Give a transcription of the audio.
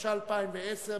התשע"א 2010,